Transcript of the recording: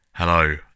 Hello